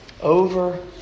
over